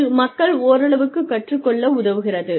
இது மக்கள் ஓரளவுக்குக் கற்றுக்கொள்ள உதவுகிறது